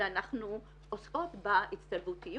אלא אנחנו עוסקות בהצטלביות.